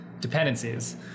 dependencies